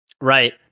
Right